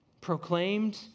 proclaimed